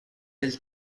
del